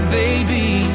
baby